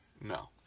no